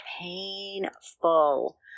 painful